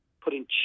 putting